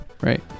right